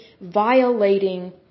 violating